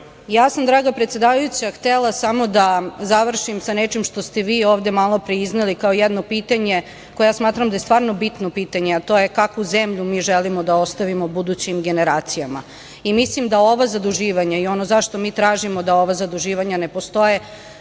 sam, draga predsedavajuća, htela samo da završim sa nečim što ste vi ovde malopre izneli kao jedno pitanje koje smatram da je stvarno bitno pitanje, a to je kakvu zemlju mi želimo da ostavimo budućim generacijama. Mislim da ova zaduživanja i ono za šta mi tražimo da ova zaduživanja ne postoje